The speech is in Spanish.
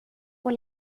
por